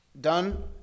done